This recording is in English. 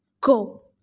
go